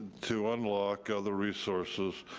to unlock other resources,